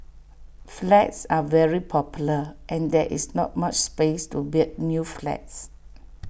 flats are very popular and there is not much space to build new flats